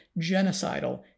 genocidal